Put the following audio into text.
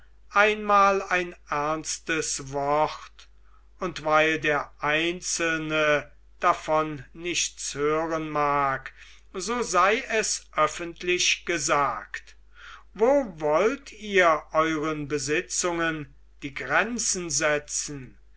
einmal ein ernstes wort und weil der einzelne davon nichts hören mag so sei es öffentlich gesagt wo wollt ihr euren besitzungen die grenzen setzen